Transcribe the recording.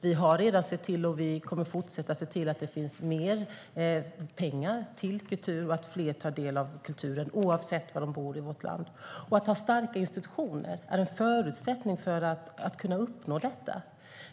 Vi har redan sett till och kommer att fortsätta se till att det finns mer pengar till kultur och att fler tar del av kulturen oavsett var de bor i vårt land. Att ha starka institutioner är en förutsättning för att kunna uppnå detta.